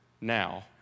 now